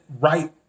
right